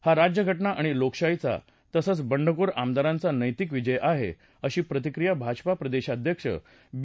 हा राज्यघटना आणि लोकशाहीचा तसंच बंडखोर आमदारांचा नैतिक विजय आहे अशी प्रतिक्रिया भाजपा प्रदेशाध्यक्ष बी